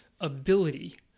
ability